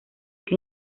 que